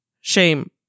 shame